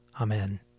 Amen